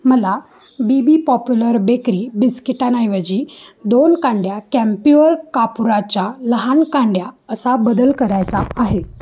मला बी बी पॉप्युलर बेकरी बिस्किटांऐवजी दोन कांड्या कॅम्प्युअर कापूराच्या लहान कांड्या असा बदल करायचा आहे